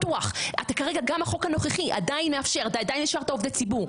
ואת הכול אתה עושה באמת בקור רוח מקפיא דם.